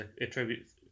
attributes